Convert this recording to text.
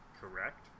Correct